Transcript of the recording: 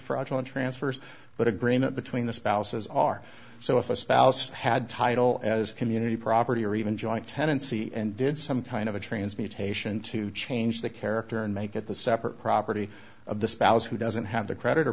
fraudulent transfers but agreement between the spouses are so if a spouse had title as community property or even joint tenancy and did some kind of a transmutation to change the character and make it the separate property of the spouse who doesn't have the creditor